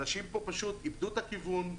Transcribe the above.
אנשים פה פשוט איבדו את הכיוון,